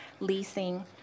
Leasing